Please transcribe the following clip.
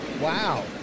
Wow